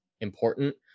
important